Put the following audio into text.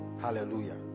Hallelujah